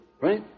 Right